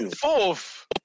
fourth